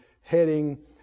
heading